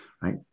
right